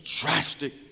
drastic